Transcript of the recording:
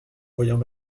voyant